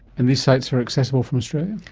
and these sites are accessible from australia?